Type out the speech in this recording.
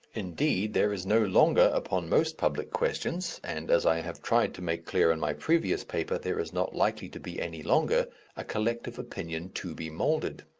indeed, there is no longer upon most public questions and as i have tried to make clear in my previous paper, there is not likely to be any longer a collective opinion to be moulded.